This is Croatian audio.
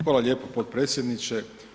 Hvala lijepo potpredsjedniče.